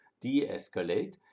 de-escalate